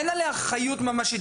אין עליה אחריות ממשית.